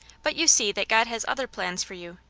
but you see that god has other plans for you.